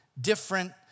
different